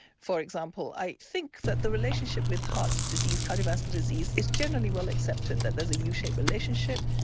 for example i think that the relationship with heart disease, cardiovascular disease, is generally well accepted that there's a yeah u-shaped relationship.